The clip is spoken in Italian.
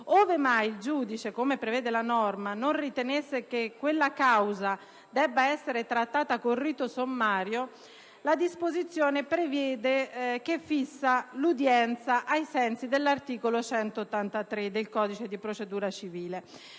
Ove mai il giudice, come prevede la norma, non ritenesse che quella causa debba essere trattata con rito sommario, la disposizione prevede che si fissi l'udienza, ai sensi dell'articolo 183 del codice di procedura civile.